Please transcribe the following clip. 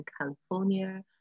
California